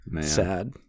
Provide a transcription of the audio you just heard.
sad